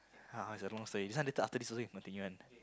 ah it's a long story this one later after this also can continue one